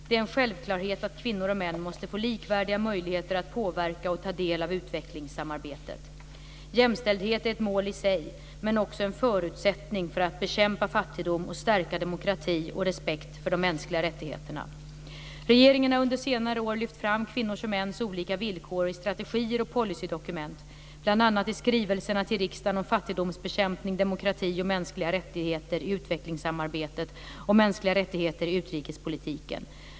Det är en självklarhet att kvinnor och män måste få likvärdiga möjligheter att påverka och ta del av utvecklingssamarbetet. Jämställdhet är ett mål i sig, men också en förutsättning för att bekämpa fattigdom och stärka demokrati och respekt för de mänskliga rättigheterna. Regeringen har under senare år lyft fram kvinnors och mäns olika villkor i strategier och policydokument, bl.a. i skrivelserna till riksdagen om fattigdomsbekämpning, demokrati och mänskliga rättigheter i utvecklingssamarbetet och mänskliga rättigheter i utrikespolitiken.